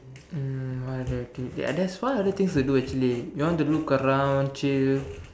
um what other activity there's what other things to do actually you want to look around chill